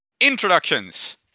Introductions